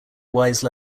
wise